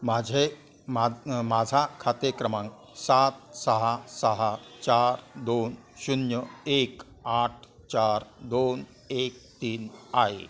माझे मा माझा खाते क्रमांक सात सहा सहा चार दोन शून्य एक आठ चार दोन एक तीन आहे